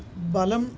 बलं